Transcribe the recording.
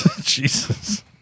Jesus